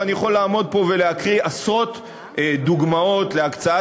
ואני יכול לעמוד פה ולהקריא עשרות דוגמאות להקצאת